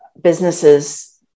businesses